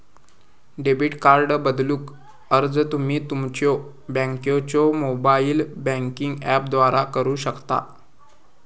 debit card बदलूक अर्ज तुम्ही तुमच्यो बँकेच्यो मोबाइल बँकिंग ऍपद्वारा करू शकता